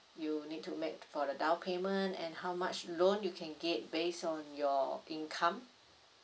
you need to make for the down payment and how much loan you can get based on your income